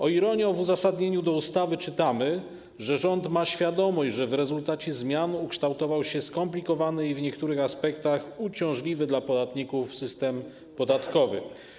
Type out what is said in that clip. O ironio, w uzasadnieniu ustawy czytamy, że rząd ma świadomość, że w rezultacie zmian ukształtował się skomplikowany i w niektórych aspektach uciążliwy dla podatników system podatkowy.